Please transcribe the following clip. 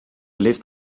lift